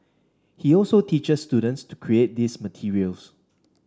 he also teaches students to create these materials